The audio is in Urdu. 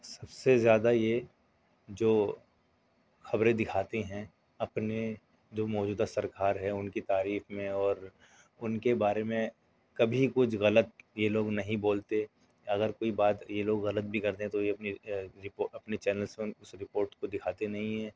سب سے زیادہ یہ جو خبریں دکھاتے ہیں اپنے جو موجودہ سرکار ہے ان کی تعریف میں اور ان کے بارے میں کبھی کچھ غلط یہ لوگ نہیں بولتے اگر کوئی بات یہ لوگ غلط بھی کر دیں تو یہ اپنی اپنے چینلس میں اس رپورٹ کو دکھاتے نہیں ہیں